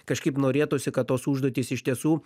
kažkaip norėtųsi kad tos užduotys iš tiesų